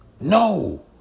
No